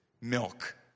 milk